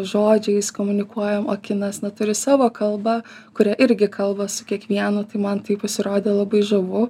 žodžiais komunikuojam o kinas na turi savo kalbą kuria irgi kalba su kiekvienu tai man tai pasirodė labai žavu